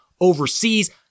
overseas